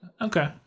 Okay